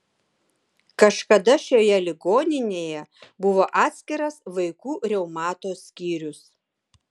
kažkada šioje ligoninėje buvo atskiras vaikų reumato skyrius